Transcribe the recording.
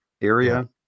area